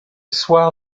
soir